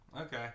Okay